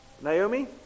Naomi